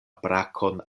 brakon